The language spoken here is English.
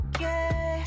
Okay